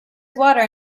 water